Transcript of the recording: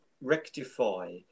rectify